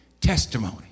testimony